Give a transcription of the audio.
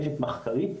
רשת מחקרית,